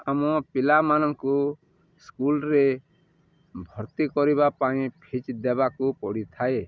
ଆମ ପିଲାମାନଙ୍କୁ ସ୍କୁଲରେ ଭର୍ତ୍ତି କରିବା ପାଇଁ ଫିଜ୍ ଦେବାକୁ ପଡ଼ିଥାଏ